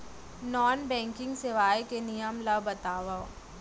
Non banking सेवाएं के नियम ला बतावव?